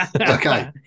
okay